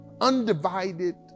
undivided